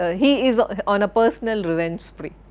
ah he is on a personal revenge spree,